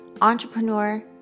entrepreneur